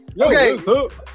Okay